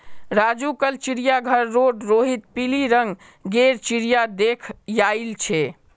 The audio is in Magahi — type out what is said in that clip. राजू कल चिड़ियाघर रोड रोहित पिली रंग गेर चिरया देख याईल छे